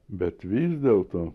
bet vis dėlto